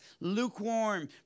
lukewarm